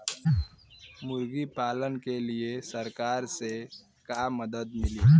मुर्गी पालन के लीए सरकार से का मदद मिली?